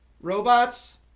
Robots